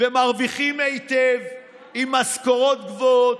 ומרוויחים היטב עם משכורות גבוהות?